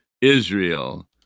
Israel